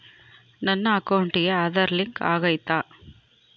ನನ್ನ ಅಕೌಂಟಿಗೆ ಆಧಾರ್ ಲಿಂಕ್ ಆಗೈತಾ?